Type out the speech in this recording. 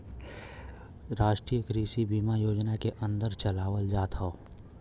राष्ट्रीय कृषि बीमा योजना के अन्दर चलावल जात हौ